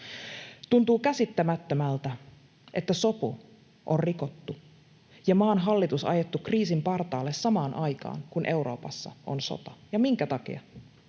Tuntuu käsittämättömältä, että sopu on rikottu ja maan hallitus ajettu kriisin partaalle samaan aikaan, kun Euroopassa on sota. Ja minkä takia?